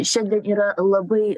šiandien yra labai